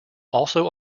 also